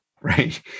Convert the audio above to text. right